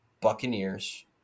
Buccaneers